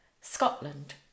Scotland